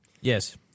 Yes